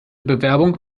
bewerbung